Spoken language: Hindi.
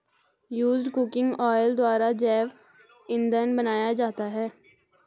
यूज्ड कुकिंग ऑयल द्वारा जैव इंधन बनाया जाता है